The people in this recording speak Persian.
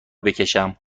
بکشم